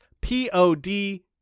P-O-D